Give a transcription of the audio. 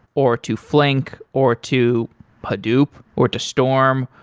or to flink, or to hadoop, or to storm,